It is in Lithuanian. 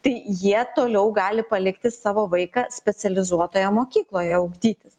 tai jie toliau gali palikti savo vaiką specializuotoje mokykloje ugdytis